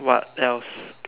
what else